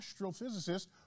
astrophysicist